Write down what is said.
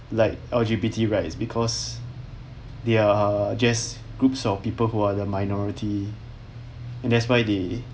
like L_G_B_T rights because they are just groups of people who are the minority and that's why they